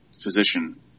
physician